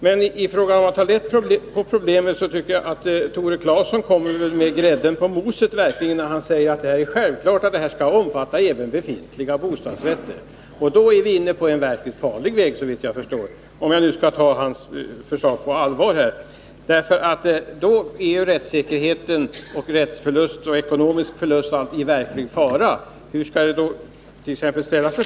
Och i fråga om att ta lätt på problemet tycker jag att Tore Claeson verkligen kommer med grädden på moset rär han säger att det är självklart att bestämmelserna skall omfatta även befintliga bostadsrätter. Då är vi såvitt jag förstår inne på en verkligt farlig väg — om jag nu skall ta hans förslag på allvar. Då är nämligen rättssäkerheten i verklig fara och rättsförluster och ekonomiska förluster möjliga. Hur skulle det då ställa sigt.ex.